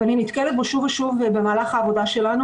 ואני נתקלת בו שוב ושוב במהלך העבודה שלנו